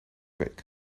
week